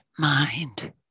Mind